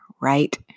right